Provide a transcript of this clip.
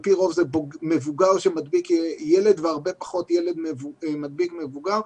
על-פי רוב זה מבוגר שמדביק ילד והרבה פחות ילד שמדביק מבוגר.